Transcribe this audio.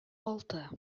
алты